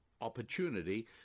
opportunity